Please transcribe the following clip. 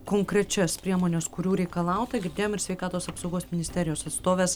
konkrečias priemones kurių reikalauta girdėjom ir sveikatos apsaugos ministerijos atstovės